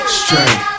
straight